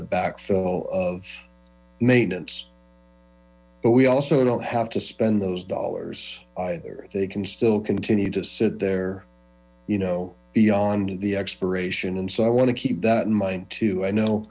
the backfill of maintenance but we also don't have to spend those dollars either they can still continue to sit there you know beyond the expiration so i want to keep that in mind too i know